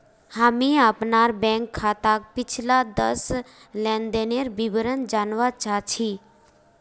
हामी अपनार बैंक खाताक पिछला दस लेनदनेर विवरण जनवा चाह छि